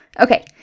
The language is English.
Okay